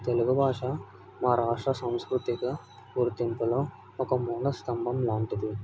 తెలుగు భాష మా రాష్ట్ర సంస్కృతిక గుర్తింపులో ఒక మూల స్తంభం లాంటిది